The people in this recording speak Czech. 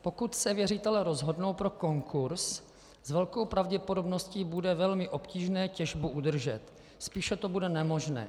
Pokud se věřitelé rozhodnou pro konkurz, s velkou pravděpodobností bude velmi obtížné těžbu udržet, spíše to bude nemožné.